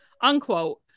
unquote